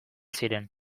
ziren